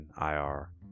IR